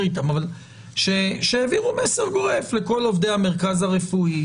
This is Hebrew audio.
איתם אבל העבירו מסר גורף לכל עובדי המרכז הרפואי,